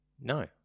No